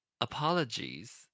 Apologies